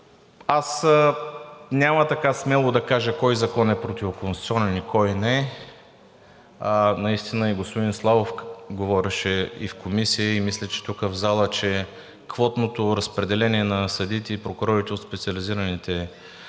Аз няма така смело да кажа кой закон е противоконституционен и кой не. Наистина и господин Славов говореше и в комисия, и мисля, че и тук в зала, че в квотното разпределение на съдиите и прокурорите от специализираните